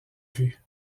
vue